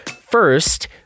First